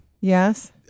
Yes